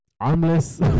Armless